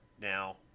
Now